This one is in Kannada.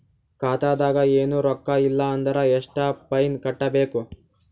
ಖಾತಾದಾಗ ಏನು ರೊಕ್ಕ ಇಲ್ಲ ಅಂದರ ಎಷ್ಟ ಫೈನ್ ಕಟ್ಟಬೇಕು?